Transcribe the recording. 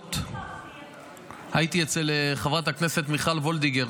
הסוכות הייתי אצל חברת הכנסת מיכל וולדיגר